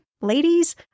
ladies